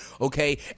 okay